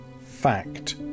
fact